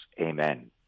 Amen